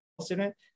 student